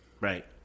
Right